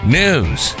news